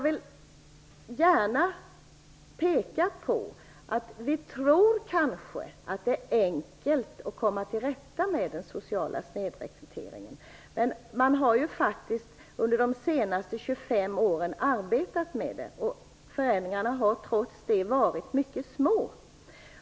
Vi tror kanske att det är enkelt att komma till rätta med den sociala snedrekryteringen, men trots att man har arbetat med frågan under de senaste 25 åren har förändringarna varit mycket små.